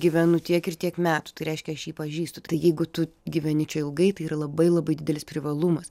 gyvenu tiek ir tiek metų tai reiškia aš jį pažįstu tai jeigu tu gyveni čia ilgai tai yra labai labai didelis privalumas